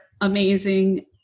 amazing